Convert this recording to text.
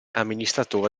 amministratore